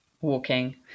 walking